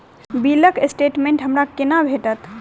बिलक स्टेटमेंट हमरा केना भेटत?